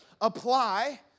apply